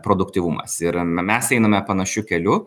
produktyvumas ir mes einame panašiu keliu